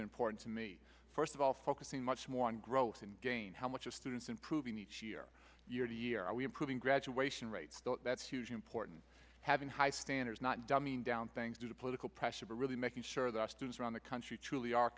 important to me first of all focusing much more on growth and gain how much are students improving each year year to year are we improving graduation rates that's hugely important having high standards not dumbing down things due to political pressure to really making sure the students around the country truly are